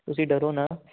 ਤੁਸੀਂ ਡਰੋ ਨਾ